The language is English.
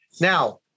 Now